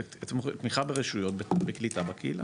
תמיכה ברשויות, בקליטה בקהילה.